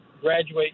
graduate